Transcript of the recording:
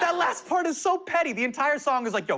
yeah last part is so petty. the entire song is like, yo,